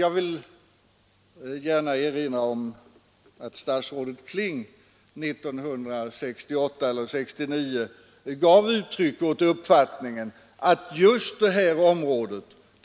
Jag vill erinra om att statsrådet Kling 1968 gav uttryck åt uppfattningen att just detta